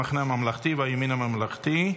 המחנה הממלכתי והימין הממלכתי.